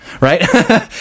right